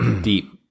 deep